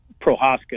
Prohaska